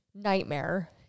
nightmare